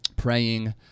praying